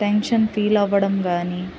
tension feel అవ్వడం కాని